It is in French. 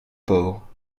pauvre